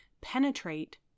penetrate